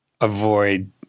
avoid